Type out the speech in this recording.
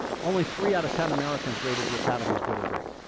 only three out of ten americans rated the economy as good or great.